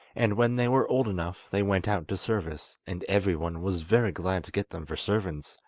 and when they were old enough they went out to service, and everyone was very glad to get them for servants,